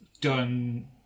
done